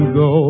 go